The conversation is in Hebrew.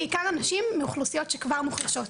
בעיקר אנשים מאוכלוסיות שכבר מוחלשות.